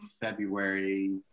February